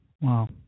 Wow